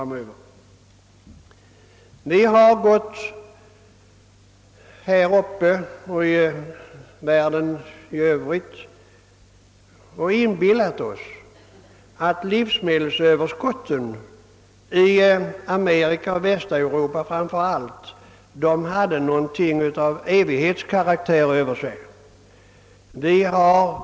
Sverige och världen i övrigt har inbillat sig att livsmedelsöverskotten, framför allt i Amerika och Västeuropa, hade något av evighetskaraktär över sig.